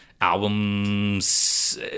albums